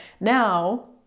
now